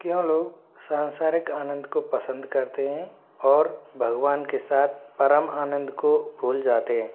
क्यों लोग सांसारिक आनंद को पसंद करते हैं और भगवान के साथ परम आनंद को भूल जाते हैं